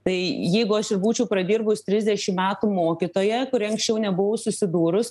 tai jeigu aš ir būčiau pradirbus trisdešim metų mokytoja kuri anksčiau nebuvo susidūrus